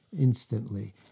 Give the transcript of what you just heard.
Instantly